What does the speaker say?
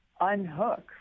unhook